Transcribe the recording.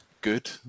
good